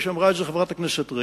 כפי שאמרה חברת הכנסת רגב,